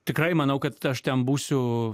tikrai manau kad aš ten būsiu